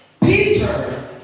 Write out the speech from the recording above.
Peter